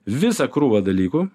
visą krūvą dalykų